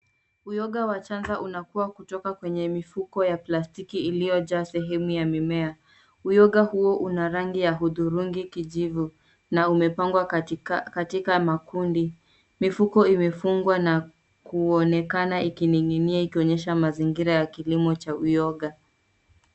Uyoga wa chaza unaokua kutoka kwenye mifuko ya plastiki iliyojaa sehemu ya mimea. Uyoga huu una rangi ya hudhurungi kijivu na umepangwa katika makundi. Mifuko hiyo Imefungwa na kuninginia ikionyesha kilimo cha uyoga.